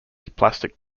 plastic